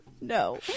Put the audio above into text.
No